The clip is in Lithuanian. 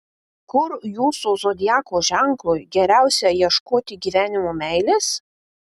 kur jūsų zodiako ženklui geriausia ieškoti gyvenimo meilės